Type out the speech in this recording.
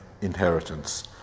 inheritance